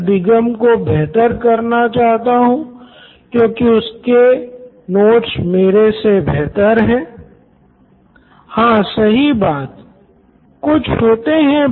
Nitin Kurian COO Knoin electronics चूँकि आज छात्र सूचना साझा करने के लिए मौजूदा तकनीक का खूब इस्तेमाल करते है परंतु वो यह ठीक से नहीं कर पा रहे है